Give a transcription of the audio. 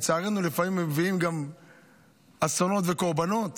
שלצערנו לפעמים הם מביאים גם אסונות וקורבנות.